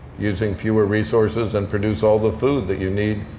using fewer resources, and produce all the food that you need